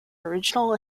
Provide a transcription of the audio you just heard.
original